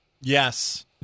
Yes